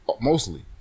Mostly